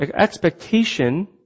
expectation